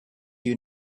you